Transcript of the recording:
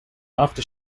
after